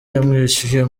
yamwishuye